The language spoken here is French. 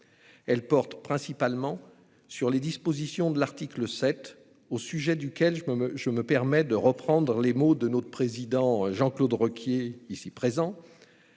Elles portent principalement sur les dispositions de l'article 7, au sujet duquel je reprends les mots de notre président Jean-Claude Requier, ici présent